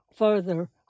further